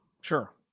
sure